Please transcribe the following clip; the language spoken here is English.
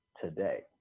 today